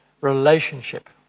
relationship